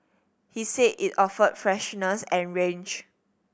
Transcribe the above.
he said it offered freshness and range